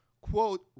quote